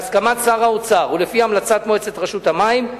בהסכמת שר האוצר ולפי המלצת מועצת רשות המים,